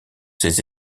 ses